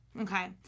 Okay